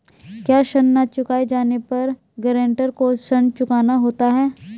क्या ऋण न चुकाए जाने पर गरेंटर को ऋण चुकाना होता है?